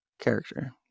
character